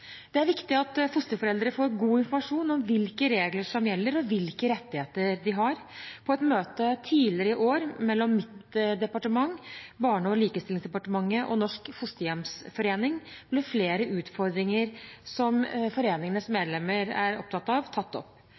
Det er viktig at fosterforeldre får god informasjon om hvilke regler som gjelder, og hvilke rettigheter de har. På et møte tidligere i år mellom mitt departement, Barne-, likestillings- og inkluderingsdepartementet og Norsk Fosterhjemsforening ble flere utfordringer som foreningens medlemmer er opptatt av, tatt opp.